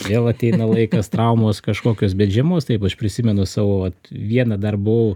vėl ateina laikas traumos kažkokios bet žiemos taip aš prisimenu savo vat vieną dar buvau